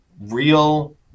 real